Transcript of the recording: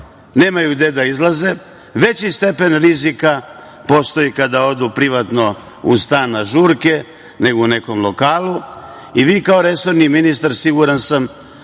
nemaju gde da izlaze, veći stepen rizika postoji kada odu privatno u stan na žurke, nego u nekom lokalu. Vi, kao resorni ministar, siguran sam,